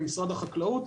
עם משרד החקלאות,